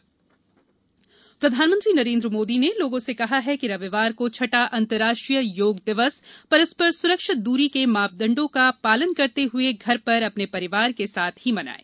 प्रधानमंत्री योग दिवस संदेश प्रधानमंत्री नरेन्द्र मोदी ने लोगों से कहा है कि रविवार को छठा अंतरराष्ट्रीय योग दिवस परस्पर सुरक्षित दूरी के मानदंडों का पालन करते हुए घर पर अपने परिवार के साथ ही मनाएं